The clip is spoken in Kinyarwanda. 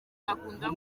akunda